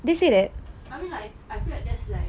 I mean like I feel like that's like